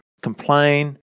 complain